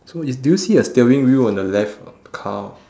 so is do you see a steering wheel on the left car